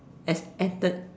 as Ethan